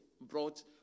brought